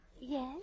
Yes